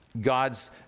God's